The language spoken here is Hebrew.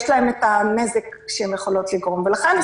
יש להן את הנזק שהן יכולות לגרום לכן,